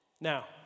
Now